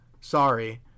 Sorry